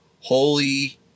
Holy